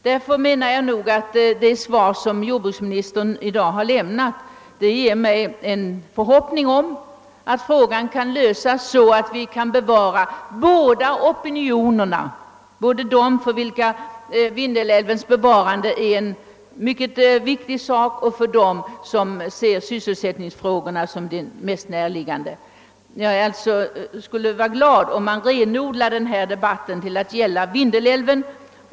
Därför ger mig det svar, som jordbruksministern i dag har lämnat, en förhoppning om att frågan skall lösas så att båda opinionerna kan tillgodoses, både den för vilken Vindeläl vens bevarande är en mycket viktig angelägenhet och den som ser sysselsättningsfrågorna som det mest närliggande. Jag skulle vara glad, om man renodlade denna debatt till att gälla Vindelälven.